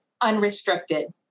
unrestricted